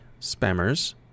Spammers